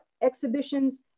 exhibitions